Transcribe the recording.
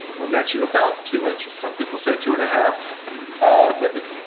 will net you about two and two some people say two and a half but the